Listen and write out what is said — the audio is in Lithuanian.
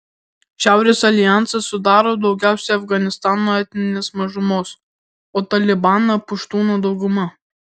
šiaurės aljansą sudaro daugiausiai afganistano etninės mažumos o talibaną puštūnų dauguma